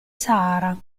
sahara